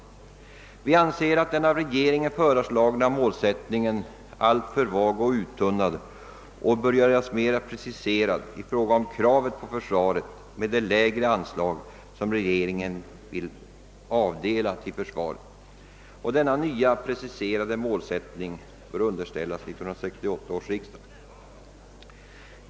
Vi anser att den av regeringen föreslagna målsättningen är alltför vag och uttunnad och bör göras mera preciserad i fråga om kraven på försvaret med de lägre anslag, som regeringen vill avdela till detta. Denna nya, preciserade målsättning bör underställas 1968 års riksdag.